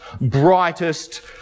brightest